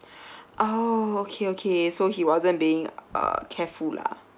oh okay okay so he wasn't being uh careful lah